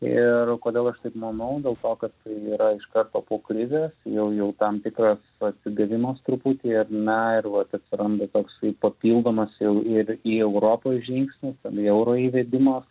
ir kodėl aš taip manau dėl to kad tai yra iš karto po krizės jau jau tam tikras atsigavimas truputį na ir vat atsiranda toksai papildomas jau ir į europoj žingsnis tenai euro įvedimas